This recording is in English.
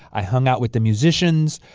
i hung out with the musicians.